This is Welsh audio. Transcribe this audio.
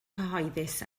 cyhoeddus